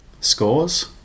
scores